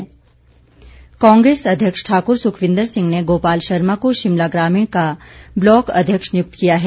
नियुक्ति कांग्रेस अध्यक्ष ठाकुर सुखविंदर सिंह ने गोपाल शर्मा को शिमला ग्रामीण का ब्लॉक अध्यक्ष नियुक्त किया है